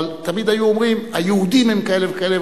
אבל תמיד היו אומרים: היהודים הם כאלה וכאלה,